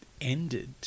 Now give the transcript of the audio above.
ended